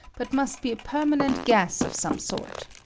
but must be a permanent gas of some sort.